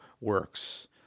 works